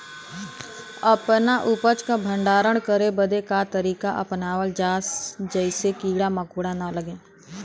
अपना उपज क भंडारन करे बदे का तरीका अपनावल जा जेसे कीड़ा मकोड़ा न लगें?